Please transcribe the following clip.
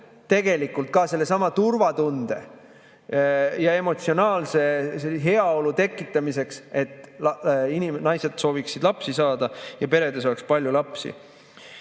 tegelikult ka sellesama turvatunde ja emotsionaalse heaolu tekitamiseks, et naised sooviksid lapsi saada ja peredes oleks palju lapsi.